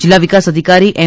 જીલ્લા વિકાસ અધિકારી એમ